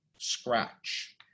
scratch